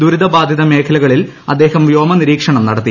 ദുരിതബാധിത മേഖലകളിൽ അദ്ദേഹം വ്യോമനിരീക്ഷണം നടത്തി